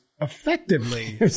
effectively